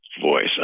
voice